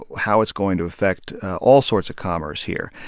how it's going to affect all sorts of commerce here.